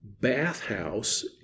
bathhouse